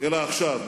אלא עכשיו.